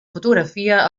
fotografia